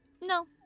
No